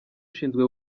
ushinzwe